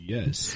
Yes